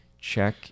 check